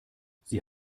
sie